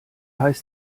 heißt